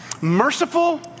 merciful